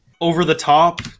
over-the-top